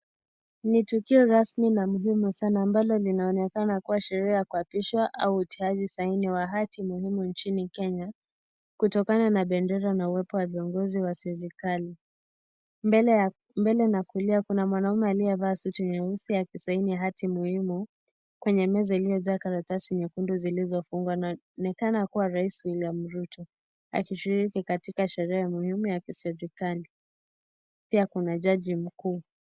Ni tukio rasmi na muhimu sana ambalo linaonekana kuwa sherehe ya kuapisha au utiaji saini wa hati muhimu nchini Kenya kutokana na bendera na uwepo wa viongozi wa serikali. Mbele na kulia kuna mwanamume aliyevaa suti nyesi akisaini hatimuhimu kwenye meza iliyojaa karatasi nyekundu zilizofungwa na anaonekana kuwa rais William Ruto akishiriki katika sherehe muhimu ya kiserikali. Pua kuna jaji mkuu.